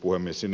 uimisen